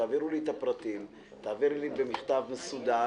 תעבירי לי את הפרטים במכתב מסודר